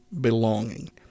Belonging